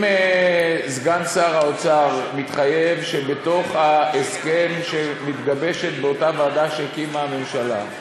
אם סגן שר האוצר מתחייב שבתוך ההסכם שמתגבש באותה ועדה שהקימה הממשלה,